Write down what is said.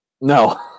No